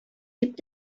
дип